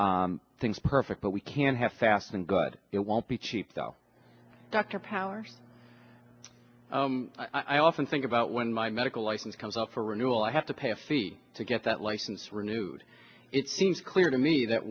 things perfect but we can have fast and good it won't be cheap though dr powers i often think about when my medical license comes up for renewal i have to pay a fee to get the license renewed it seems clear to me that